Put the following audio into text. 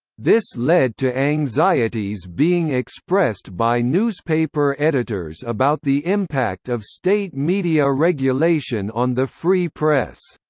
this led to anxieties being expressed by newspaper editors about the impact of state media regulation on the free press.